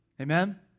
Amen